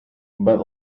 but